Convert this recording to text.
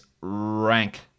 rank